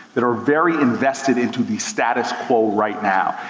that are very invested into the status quo right now.